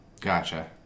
Gotcha